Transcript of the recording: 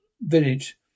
village